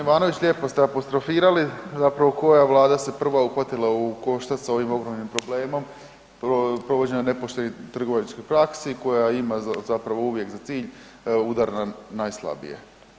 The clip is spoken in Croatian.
Evo g. Ivanović lijepo ste apostrofirali zapravo koja vlada se prva uhvatila u koštac s ovim ogromnim problemom provođenja nepoštenih trgovačkih praksi koja ima zapravo uvijek za cilj udar na najslabije.